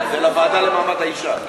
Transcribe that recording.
זה לוועדה למעמד האישה.